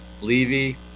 Levy